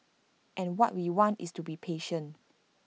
and what we want is to be patient